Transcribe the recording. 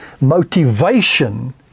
motivation